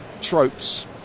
tropes